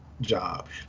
job